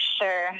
sure